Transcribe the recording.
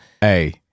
Hey